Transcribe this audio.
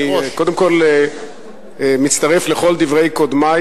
אני קודם כול מצטרף לכל דברי קודמי,